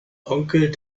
onkel